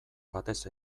batez